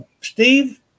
Steve